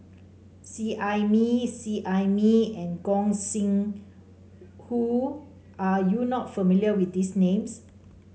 Seet Ai Mee Seet Ai Mee and Gog Sing Hooi are you not familiar with these names